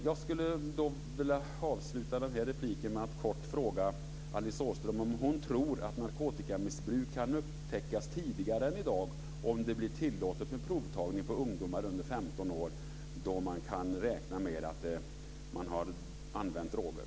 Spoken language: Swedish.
Jag skulle dock vilja avsluta den här repliken med att kort fråga Alice Åström om hon tror att narkotikamissbruk kan upptäckas tidigare än i dag om det blir tillåtet med provtagning på ungdomar under 15 år då man kan räkna med att de har använt droger.